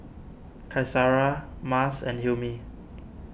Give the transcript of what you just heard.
Qaisara Mas and Hilmi